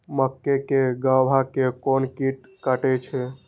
मक्के के गाभा के कोन कीट कटे छे?